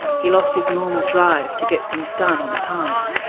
he lost his normal drive to get things done on time.